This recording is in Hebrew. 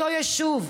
אותו יישוב,